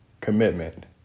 Commitment